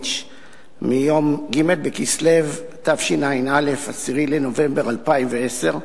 יחימוביץ מיום ג' בכסלו תשע"א, 10 בנובמבר 2010,